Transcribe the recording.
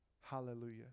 Hallelujah